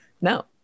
No